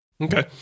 Okay